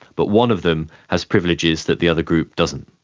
but one of them has privileges that the other group doesn't.